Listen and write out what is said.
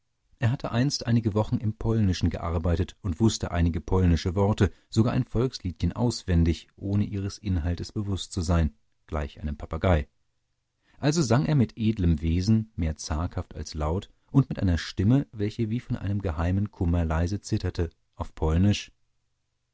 er hatte einst einige wochen im polnischen gearbeitet und wußte einige polnische worte sogar ein volksliedchen auswendig ohne ihres inhalts bewußt zu sein gleich einem papagei also sang er mit edlem wesen mehr zaghaft als laut und mit einer stimme welche wie von einem geheimen kummer leise zitterte auf polnisch